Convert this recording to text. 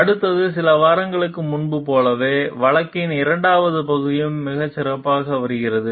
அடுத்து சில வாரங்களுக்கு முன்பு போலவே வழக்கின் இரண்டாம் பகுதியும் மிகச் சிறப்பாக வருகிறது